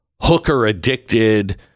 hooker-addicted